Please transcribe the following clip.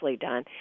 done